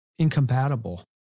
incompatible